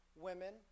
women